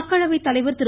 மக்களவைத்தலைவர் திரு